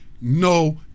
no